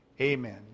Amen